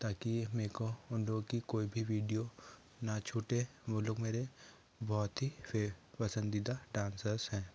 ताकि मेरे को उन लोगों की कोई भी विडिओ न छूटे वो लोग मेरे बहुत ही फे पसंदीदा डांसर्स हैं